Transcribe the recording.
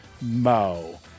mo